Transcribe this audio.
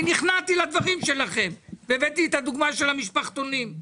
נכנעתי לדברים שלכם והבאתי את הדוגמה כל המשפחתונים,